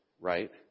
right